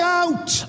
out